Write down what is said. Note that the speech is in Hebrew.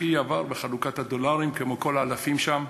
אחי עבר בחלוקת הדולרים, כמו כל האלפים שם,